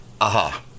aha